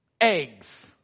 eggs